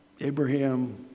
Abraham